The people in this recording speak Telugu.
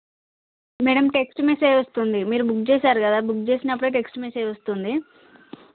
మ్యాడమ్ టెక్స్ట్ మెసేజ్ వస్తుంది మీరు బుక్ చేశారు కదా బుక్ చేసినప్పుడే టెక్స్ట్ మెసేజ్ వస్తుంది